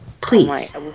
Please